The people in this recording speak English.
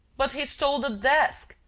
but he stole the desk!